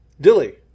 Dilly